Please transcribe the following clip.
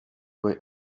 way